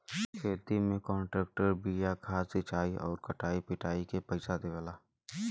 खेती में कांट्रेक्टर बिया खाद सिंचाई आउर कटाई पिटाई के पइसा देवला